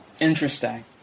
Interesting